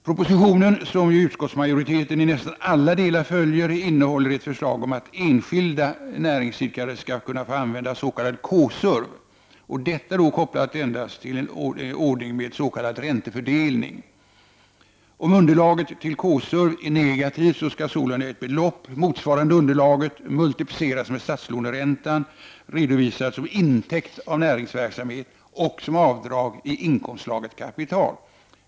Propositionen, som utskottsmajoriteten i nästan alla delar följer, innehåller ett förslag om att enskilda näringsidkare skall kunna få använda s.k. K SURV och detta kopplat endast till en ordning med s.k. räntefördelning. Om underlaget till K-SURV är negativt, skall sålunda ett belopp motsvarande underlaget multiplicerat med statslåneräntan redovisas som intäkt av näringsverksamhet och som avdrag i inkomstslaget kapital.